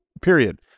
Period